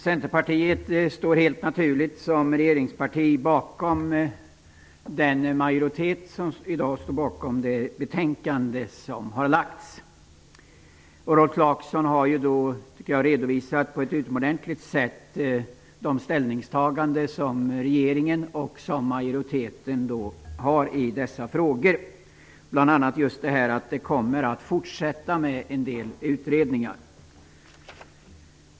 Herr talman! Centerpartiet ingår som regeringsparti naturligtvis i den majoritet som står bakom det framlagda betänkandet. Jag tycker att Rolf Clarkson på ett utomordentligt sätt har redovisat regeringens och majoritetens ställningstaganden i dessa frågor, bl.a. att det fortsättningsvis kommer att bedrivas en del utredningar.